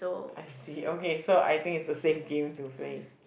I see okay so I think is the same game to play